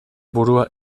burua